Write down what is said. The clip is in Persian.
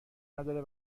نداره